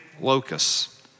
locusts